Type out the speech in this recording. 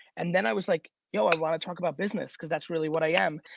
and then i was like, yo, i wanna talk about business, cause that's really what i am.